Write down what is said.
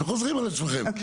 אתם חוזרים על עצמכם.